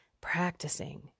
practicing